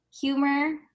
Humor